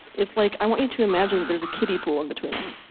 it's like, i want you to imagine, there's a kiddy pool in between us,